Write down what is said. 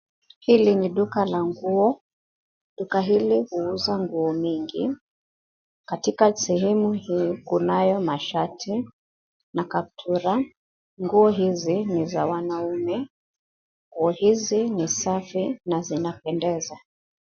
Hili ni duka la nguo. Duka hili huuza nguo mingi. Katika sehemu hii kunayo mashati na kaptura, nguo hizi ni za wanaume. Nguo hizi ni safi na zinapendeza.